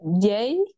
yay